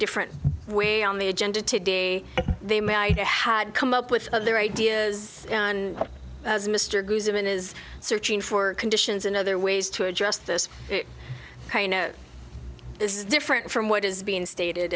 different way on the agenda to day they had come up with their ideas on how mr goosen is searching for conditions and other ways to address this this is different from what is being stated